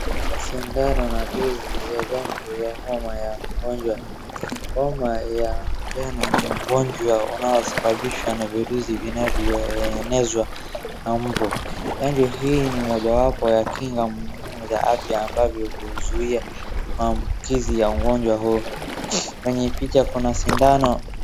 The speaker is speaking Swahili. Sindano na dozi za chanjo ya homa ya mgonjwa. Homa ya manjano ni ugonjwa unaosababishwa na virusi vinavyoenezwa na mbu. Chanjo hii ni mojawapo ya kinga muhimu za afya ambavyo huzuia maambukizi ya ugonjwa huu. Kwenye picha kuna sindano.